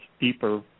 deeper